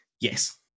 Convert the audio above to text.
Yes